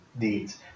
Deeds